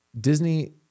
Disney